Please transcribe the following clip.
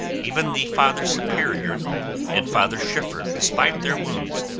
even the father superior and father schiffer despite their wounds,